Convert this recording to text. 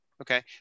Okay